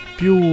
più